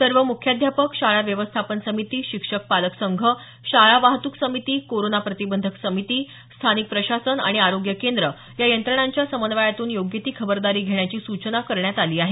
सर्व मुख्याध्यापक शाळा व्यवस्थापन समिती शिक्षक पालक संघ शाळा वाहतूक समिती कोरोना प्रतिबंधक समिती स्थानिक प्रशासन आणि आरोग्य केंद्र या यंत्रणांच्या समन्वयातून योग्य ती खबरदारी घेण्याची सूचना करण्यात आली आहे